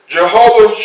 Jehovah